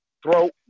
throat